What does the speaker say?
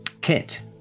Kit